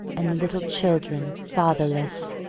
and little children fatherless.